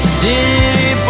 city